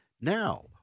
Now